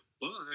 Bye